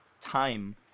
Time